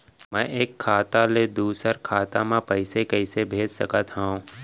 मैं एक खाता ले दूसर खाता मा पइसा कइसे भेज सकत हओं?